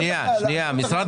משרד